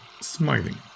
smiling